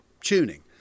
tuning